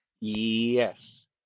Yes